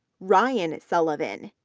ryan sullivan,